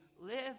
live